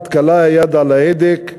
קלה היד על ההדק.